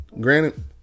granted